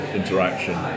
interaction